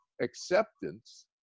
acceptance